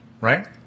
right